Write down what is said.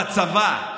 בצבא,